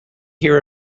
hear